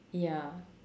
ya